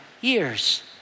years